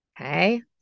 Okay